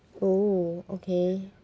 oh okay